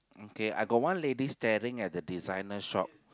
okay I got one lady staring at the designer shop